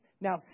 Now